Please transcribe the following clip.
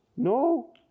No